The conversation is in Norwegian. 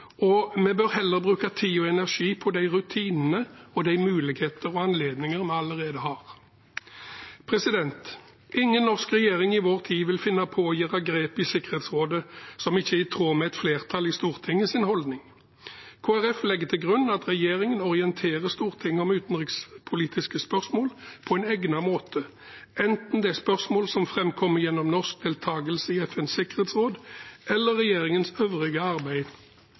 energi på de rutinene og de muligheter og anledninger vi allerede har. Ingen norsk regjering i vår tid vil finne på å gjøre grep i Sikkerhetsrådet som ikke er i tråd med stortingsflertallets holdning. Kristelig Folkeparti legger til grunn at regjeringen orienterer Stortinget om utenrikspolitiske spørsmål på egnet måte, enten det er spørsmål som framkommer gjennom norsk deltakelse i FNs sikkerhetsråd, eller det er regjeringens øvrige arbeid